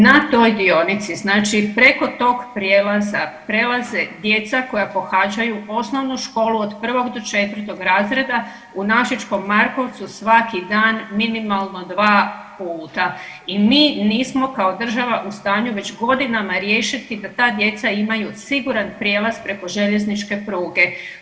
Na toj dionici, znači preko tog prijelaza, prelaze djeca koja pohađaju osnovnu školu od 1. do 4. razreda u Našičkom Markovcu svaki dan minimalno 2 puta i mi nismo kao država u stanju već godinama riješiti da ta djeca imaju siguran prijelaz preko željezničke pruge.